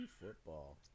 football